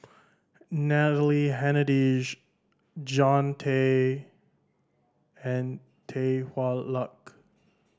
Natalie Hennedige Jean Tay and Tan Hwa Luck